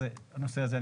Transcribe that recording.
אז הנושא הזה,